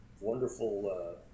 wonderful